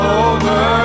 over